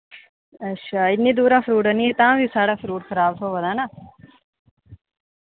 अच्छा इन्नी दूरा फ्रूट आह्नियै तां बी सारा फ्रूट खराब थ्होआ दा हैना